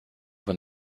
when